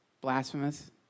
blasphemous